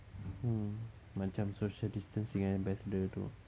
hmm macam social distancing ambassador tu